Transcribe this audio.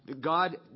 God